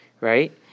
right